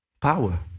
power